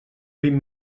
vint